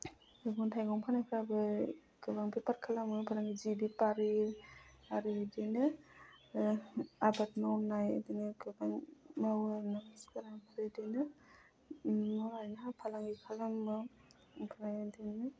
मैगं थाइगं फाननायफ्राबो गोबां बेफार खालामो फालांगि जि बेफारि आरो बिदिनो आबाद मावनाय बिदिनो गोबां मावो आरो ना मानसिफोरा आरो बिदिनो मावनानैहा फालांगि खालामो ओमफ्राय बिदिनो